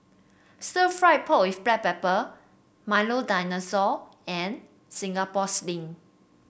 stir fry pork with Black Pepper Milo Dinosaur and Singapore Sling